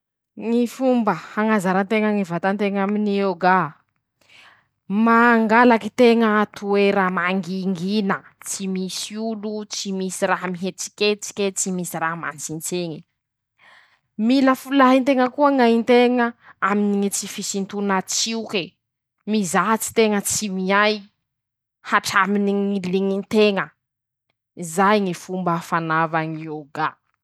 Ñy fomba hañazaran-teña ñy vata-teña aminy ñy ôgaa: -Mangalaky teña toera mangingina, tsy misy olo, tsy misy raha mihetsiketsike, tsy misy raha mantsitsiñe. -Mila folahy nteña koa ñ'ay nteña aminy ñy tsy fisintona tsioke, mizatsy teña tsy miay, hatr'aminy ñy liñinteña, zay Ñy fomba fanaova ñy ôga.